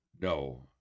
No